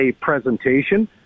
presentation